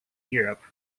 europe